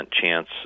chance